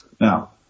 Now